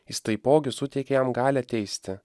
jis taipogi suteikė jam galią teisti